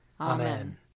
Amen